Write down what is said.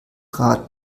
rad